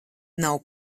nav